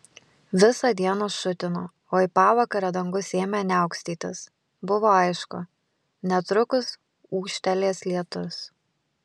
visą dieną šutino o į pavakarę dangus ėmė niaukstytis buvo aišku netrukus ūžtelės lietus